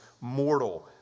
mortal